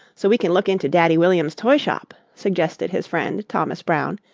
so we can look into daddy williams' toy shop, suggested his friend thomas brown,